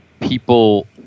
people